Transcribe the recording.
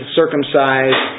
circumcised